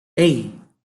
hey